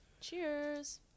cheers